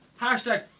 Hashtag